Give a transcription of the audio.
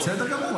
בסדר גמור.